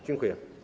Dziękuję.